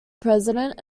president